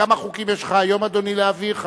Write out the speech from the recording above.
כמה חוקים יש לך היום להעביר, אדוני?